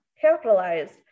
capitalized